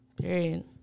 Period